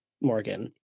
Morgan